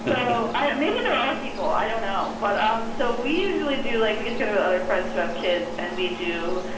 so maybe there are people, i don't know. but um so we usually do, like we get together with other friends who have kids, and we do,